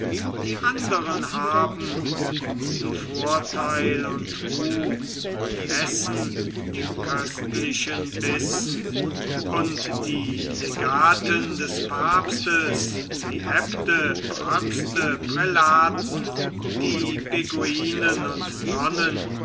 die anderen haben guten vorteil und ruh und essen die köstlichen bissen und die legaten des papstes die äbte pröpste prälaten die beguinen und nonnen